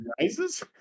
Rises